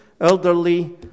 elderly